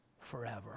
forever